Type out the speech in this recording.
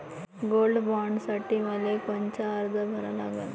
Gold बॉण्डसाठी मले कोनचा अर्ज भरा लागन?